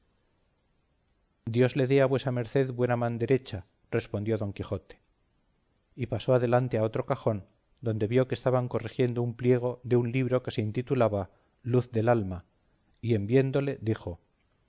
dios le dé a vuesa merced buena manderecha respondió don quijote y pasó adelante a otro cajón donde vio que estaban corrigiendo un pliego de un libro que se intitulaba luz del alma y en viéndole dijo